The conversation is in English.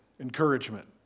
encouragement